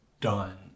done